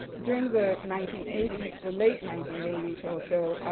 during the nineteen eighty s, the late nineteen eighty s also,